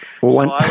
One